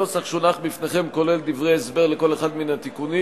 הנוסח שהונח בפניכם כולל דברי הסבר לכל אחד מן התיקונים.